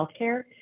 healthcare